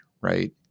right